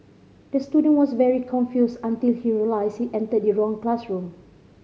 the student was very confused until he realised he entered the wrong classroom